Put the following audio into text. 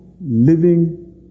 living